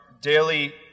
daily